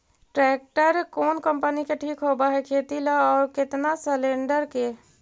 Tractor कोन company के ठीक होब है खेती ल औ केतना सलेणडर के?